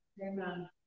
Amen